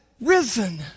risen